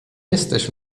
jesteś